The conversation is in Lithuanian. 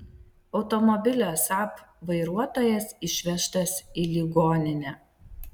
automobilio saab vairuotojas išvežtas į ligoninę